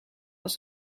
als